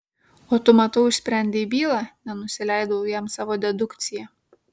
o tu matau išsprendei bylą nenusileidau jam savo dedukcija